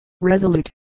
resolute